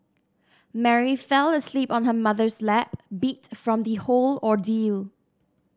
Mary fell asleep on her mother's lap beat from the whole ordeal